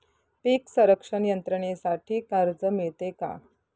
पीक संरक्षण यंत्रणेसाठी कर्ज मिळते का?